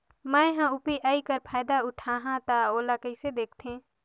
मैं ह यू.पी.आई कर फायदा उठाहा ता ओला कइसे दखथे?